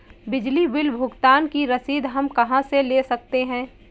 बिजली बिल भुगतान की रसीद हम कहां से ले सकते हैं?